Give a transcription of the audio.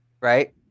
right